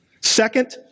Second